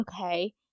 okay